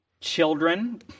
Children